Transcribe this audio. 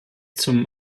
zum